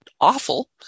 awful